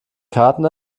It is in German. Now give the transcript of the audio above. karten